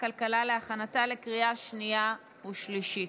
הכלכלה להכנתה לקריאה שנייה ושלישית.